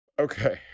Okay